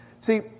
See